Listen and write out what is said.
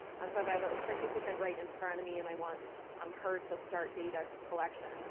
um sort of i have a participant right in front of me and i want um her to start data collection,